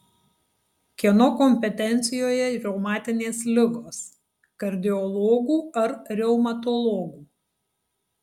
kieno kompetencijoje reumatinės ligos kardiologų ar reumatologų